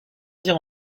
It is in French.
dire